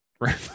right